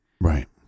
Right